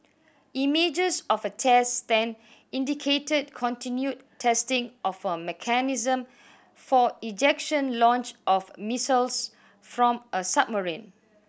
images of a test stand indicated continued testing of a mechanism for ejection launch of missiles from a submarine